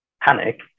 panic